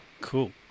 Cool